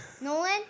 Nolan